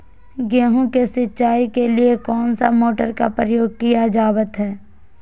गेहूं के सिंचाई के लिए कौन सा मोटर का प्रयोग किया जावत है?